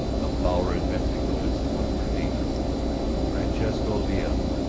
the power in mexico is going to be francisco villa.